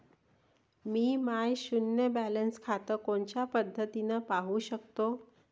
मी माय शुन्य बॅलन्स खातं कोनच्या पद्धतीनं पाहू शकतो?